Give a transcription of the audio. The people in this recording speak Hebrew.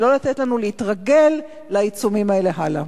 ולא לתת לנו להתרגל לעיצומים האלה הלאה.